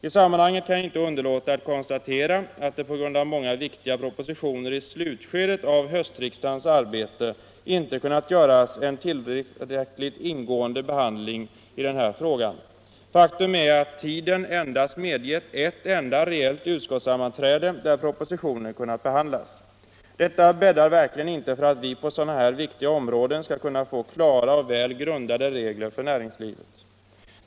I sammanhanget kan jag inte underlåta att konstatera att det på grund av många viktiga propositioner i slutskedet av höstriksdagens arbete inte varit möjligt att ge denna fråga en ingående behandling. Faktum är att tiden endast medgett ett enda reellt utskottssammanträde, där propositionen kunnat behandlas. Detta bäddar verkligen inte för att vi på sådana här viktiga områden skall kunna få klara och väl grundade regler för näringslivet.